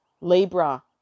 Libra